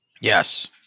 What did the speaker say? Yes